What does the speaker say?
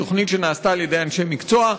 תוכנית שנעשתה בידי אנשי מקצוע.